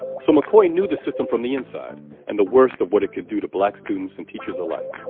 so mccoy knew the system from the inside and the worst of what it could do to black students and teachers alike.